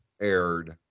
aired